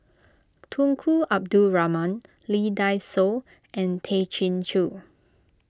Tunku Abdul Rahman Lee Dai Soh and Tay Chin Joo